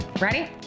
ready